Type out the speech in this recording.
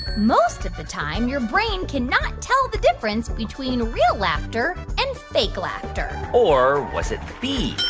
most of the time, your brain can not tell the difference between real laughter and fake laughter? or was it b,